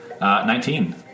Nineteen